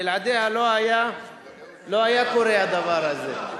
בלעדיה לא היה קורה הדבר הזה.